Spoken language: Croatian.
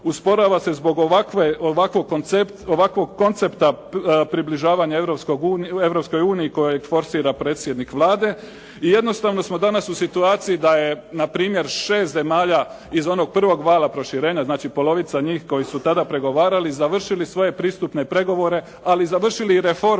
usporava se zbog ovakve, ovakvog koncepta približavanja Europskoj uniji koje forsira predsjednik Vlade. I jednostavno smo danas u situaciji da je na primjer 6 zemalja iz onog prvog vala proširenja znači polovica njih koji su tada pregovarali završili svoje pristupne pregovore, ali i završili i reforme